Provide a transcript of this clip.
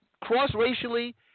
cross-racially